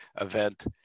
event